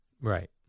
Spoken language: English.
Right